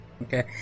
Okay